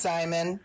Simon